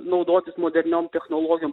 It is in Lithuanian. naudotis moderniom technologijom